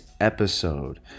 episode